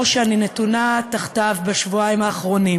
שאני נתונה תחתיו בשבועיים האחרונים: